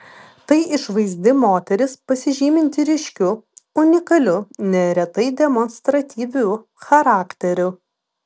tai išvaizdi moteris pasižyminti ryškiu unikaliu neretai demonstratyviu charakteriu